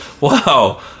wow